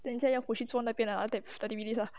等一下要去做坐那边 lah after that thirty minutes lah